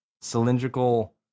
cylindrical